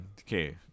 Okay